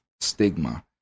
stigma